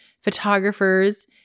photographers